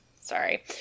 Sorry